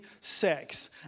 sex